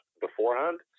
beforehand